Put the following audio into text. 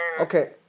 Okay